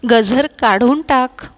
गजर काढून टाक